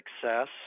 success